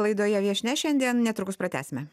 laidoje viešnia šiandien netrukus pratęsime